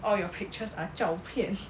all your pictures are 照片